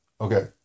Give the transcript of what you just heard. Okay